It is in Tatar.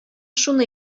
шуны